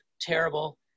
terrible